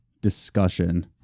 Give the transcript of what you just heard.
discussion